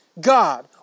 God